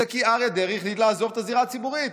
שאריה דרעי החליט לעזוב את הזירה הציבורית.